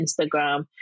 Instagram